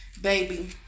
baby